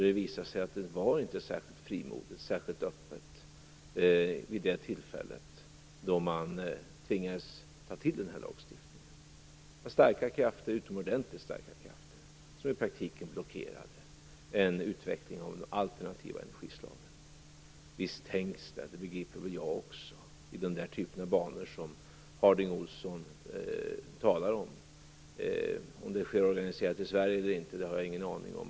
Det visade sig att det inte var särskilt frimodigt eller särskilt öppet vid det tillfället då man tvingades ta till den här lagstiftningen. Det var utomordentligt starka krafter som i praktiken blockerade en utveckling av de alternativa energislagen. Visst tänks det, det begriper väl jag också, i den typ av banor som Harding Olson talar om. Om det sker organiserat i Sverige eller inte har jag ingen aning om.